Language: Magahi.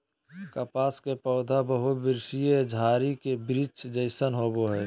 कपास के पौधा बहुवर्षीय झारी के वृक्ष जैसन होबो हइ